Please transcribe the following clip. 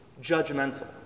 judgmental